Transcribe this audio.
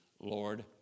Lord